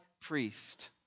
priest